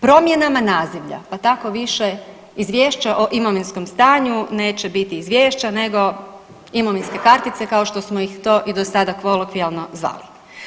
Promjenama nazivlja, pa tako više izvješće o imovinskom stanju neće biti izvješća, nego imovinske kartice kao što smo ih do sada kolokvijalno zvali.